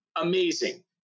amazing